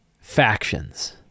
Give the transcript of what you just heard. factions